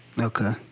Okay